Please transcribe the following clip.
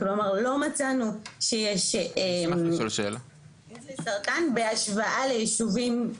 כלומר לא מצאנו שיש איזה סרטן בהשוואה ליישובים.